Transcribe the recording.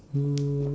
um